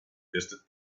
distant